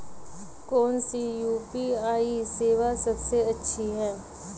कौन सी यू.पी.आई सेवा सबसे अच्छी है?